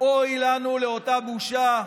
אוי לנו לאותה בושה,